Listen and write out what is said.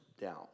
down